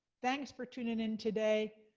thanks for tuning in today,